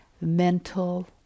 mental